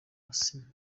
asinah